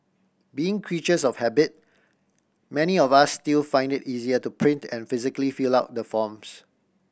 being creatures of habit many of us still find it easier to print and physically fill out the forms